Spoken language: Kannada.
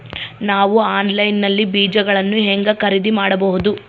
ನಾವು ಆನ್ಲೈನ್ ನಲ್ಲಿ ಬೇಜಗಳನ್ನು ಹೆಂಗ ಖರೇದಿ ಮಾಡಬಹುದು?